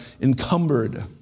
encumbered